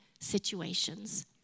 situations